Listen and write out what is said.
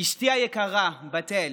אשתי היקרה, בת אל,